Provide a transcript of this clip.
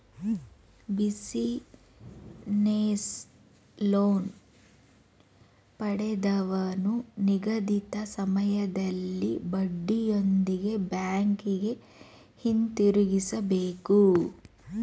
business loan ಪಡೆದವನು ನಿಗದಿತ ಸಮಯದಲ್ಲಿ ಬಡ್ಡಿಯೊಂದಿಗೆ ಬ್ಯಾಂಕಿಗೆ ಹಿಂದಿರುಗಿಸಬೇಕು